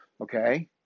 Okay